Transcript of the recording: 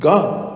God